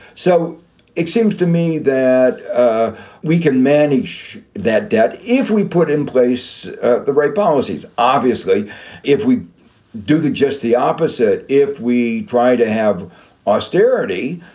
so it seems to me that ah we can manage that debt. if we put in place the right policies, obviously if we do just the opposite, if we try to have austerity,